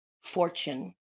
fortune